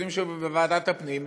בדיונים שהיו בוועדת הפנים,